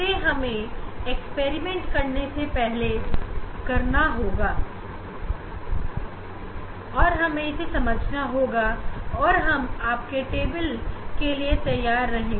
यह सभी बातें बहुत महत्वपूर्ण है और प्रयोग करने से पहले इन्हें समझना बहुत जरूरी है आप अपनी टेबल के साथ तैयार रहिए